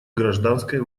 гражданской